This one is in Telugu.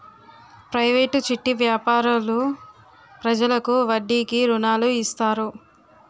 ప్రైవేటు చిట్టి వ్యాపారులు ప్రజలకు వడ్డీకి రుణాలు ఇస్తారు